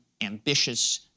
ambitious